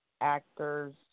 actors